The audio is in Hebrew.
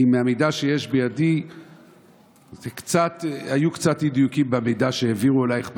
כי מהמידע שיש בידי היו קצת אי-דיוקים במידע שהעבירו אלייך,